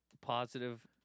Positive